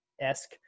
esque